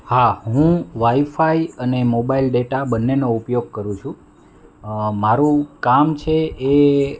હા હું વાઈફાઈ અને મોબાઈલ ડેટા બન્નેનો ઉપયોગ કરું છું મારું કામ છે એ